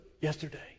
yesterday